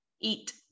eat